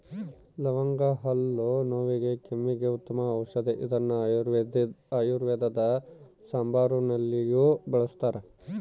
ಲವಂಗ ಹಲ್ಲು ನೋವಿಗೆ ಕೆಮ್ಮಿಗೆ ಉತ್ತಮ ಔಷದಿ ಇದನ್ನು ಆಯುರ್ವೇದ ಸಾಂಬಾರುನಲ್ಲಿಯೂ ಬಳಸ್ತಾರ